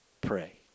pray